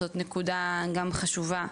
שזאת נקודה גם חשובה,